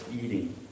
eating